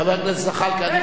חבר הכנסת זחאלקה,